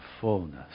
fullness